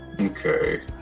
Okay